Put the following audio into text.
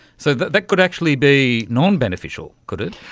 so that that could actually be non-beneficial, could it?